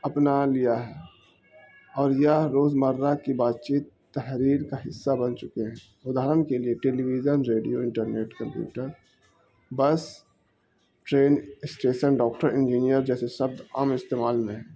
اپنا لیا ہے اور یہ روزمرہ کی بات چیت تحریر کا حصہ بن چکے ہیں ادہر کے لیے television radio internet computer bus train station doctor engineer جیسے سبد عام استعمال میں ہے